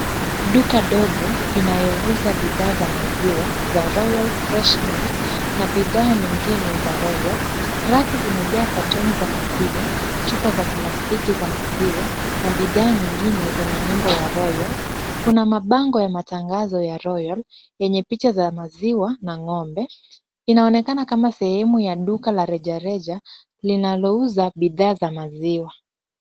Duka dogo inayouza bidhaa za maziwa za Royal Fresh Milk na bidhaa nyingine za Royal. Rafu zimejaa katoni za maziwa, chupa za plastiki za maziwa na bidhaa nyingine zenye nembo ya Royal. Kuna mabango ya matangazo ya Royal yenye picha za maziwa na ng'ombe. Inaonekana kama sehemu ya duka la rejareja linalouza bidhaa za maziwa.